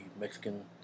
Mexican